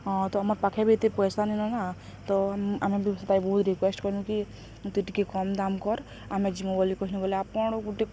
ହଁ ତୁମ ପାଖେ ବି ଏତେ ପଇସା ନେଇନ ନା ତ ଆମେ ବି ବହୁତ ରିକୁ୍ୱଏଷ୍ଟ କରଲୁ କି ତୁ ଟିକେ କମ୍ ଦାମ କର ଆମେ ଜିମୁ ବୋଲି କହିନୁ ବୋଲିଲେ ଆପଣ ଗୋଟେ